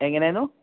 എങ്ങനെയായിരുന്നു